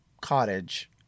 cottage